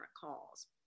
calls